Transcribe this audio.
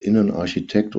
innenarchitekt